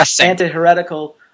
anti-heretical